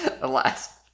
Alas